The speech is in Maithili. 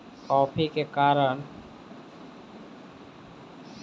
कॉफ़ी के कारण मनुषक स्वास्थ्य बहुत रूप सॅ प्रभावित भ सकै छै